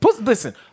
Listen